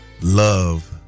love